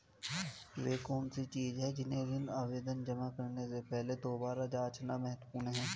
वे कौन सी चीजें हैं जिन्हें ऋण आवेदन जमा करने से पहले दोबारा जांचना महत्वपूर्ण है?